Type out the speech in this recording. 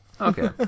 Okay